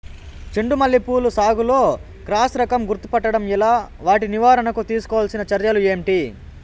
చెండు మల్లి పూల సాగులో క్రాస్ రకం గుర్తుపట్టడం ఎలా? వాటి నివారణకు తీసుకోవాల్సిన చర్యలు ఏంటి?